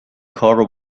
کارو